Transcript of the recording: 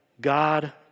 God